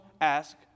ask